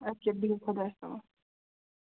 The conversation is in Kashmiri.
اَدٕ کیٛاہ بِہِو خۄدایَس حَوال